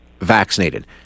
vaccinated